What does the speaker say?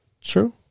True